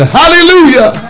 hallelujah